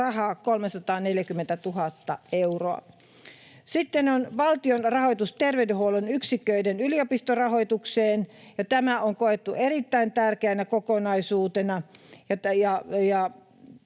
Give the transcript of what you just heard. kohdistaa 340 000 euroa. Sitten on valtion rahoitus terveydenhuollon yksiköiden yliopistorahoitukseen. Tämä on koettu erittäin tärkeänä kokonaisuutena